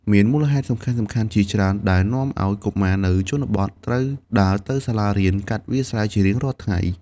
មានមូលហេតុសំខាន់ៗជាច្រើនដែលនាំឲ្យកុមារនៅជនបទត្រូវដើរទៅសាលារៀនកាត់វាលស្រែជារៀងរាល់ថ្ងៃ។